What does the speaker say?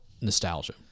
nostalgia